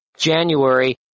January